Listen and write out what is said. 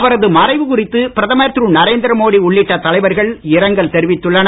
அவரது மறைவு குறித்து பிரதமர் திரு நரேந்திரமோடி உள்ளிட்ட தலைவர்கள் இரங்கல் தெரிவித்துள்ளனர்